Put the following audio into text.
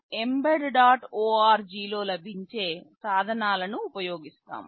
org లో లభించే సాధనాలను ఉపయోగిస్తాము